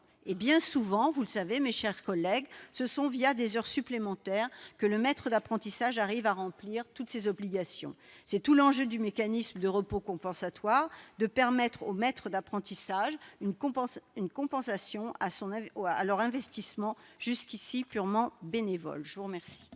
Et bien souvent- vous le savez, mes chers collègues -, c'est des heures supplémentaires que le maître d'apprentissage arrive à remplir toutes ses obligations. C'est tout l'enjeu du mécanisme de repos compensatoire que d'accorder aux maîtres d'apprentissage une compensation à leur investissement jusqu'ici purement bénévole. Quel